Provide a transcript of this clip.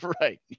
right